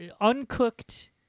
uncooked